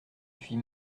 suis